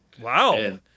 Wow